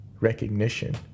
recognition